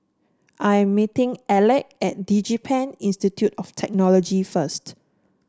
I am meeting Alek at DigiPen Institute of Technology first